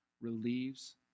relieves